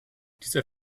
dieser